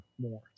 more